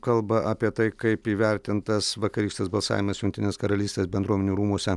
kalbą apie tai kaip įvertintas vakarykštis balsavimas jungtinės karalystės bendruomenių rūmuose